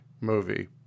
movie